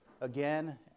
again